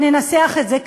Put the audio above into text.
ננסח את זה כך,